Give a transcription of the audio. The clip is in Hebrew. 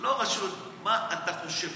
לא רשות, מה אתה חושב?